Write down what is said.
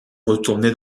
retourner